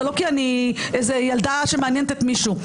לא כי אני איזו ילדה שמעניינת את מישהו.